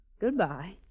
Goodbye